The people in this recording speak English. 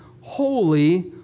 holy